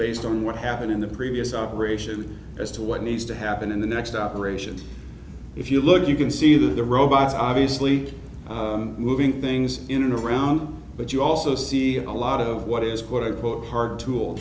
based on what happened in the previous operation as to what needs to happen in the next operation if you look you can see the robots obviously moving things in and around but you also see a lot of what is what i put hard tool